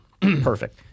Perfect